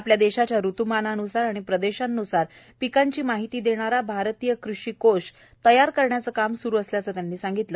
आपल्या देशाच्या ऋत्मानान्सार आणि प्रदेशांन्सार पिकांची माहिती देणारा भारतीय कृषी कोष तयार करण्याचं काम सुरू असल्याचं त्यांनी सांगितलं